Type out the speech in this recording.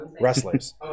wrestlers